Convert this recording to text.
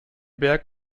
berg